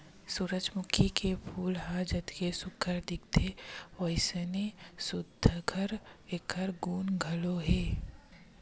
सूरजमूखी के फूल ह जतके सुग्घर दिखथे वइसने सुघ्घर एखर गुन घलो हे